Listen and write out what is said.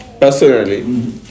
Personally